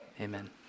Amen